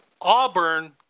Auburn